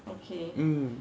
mm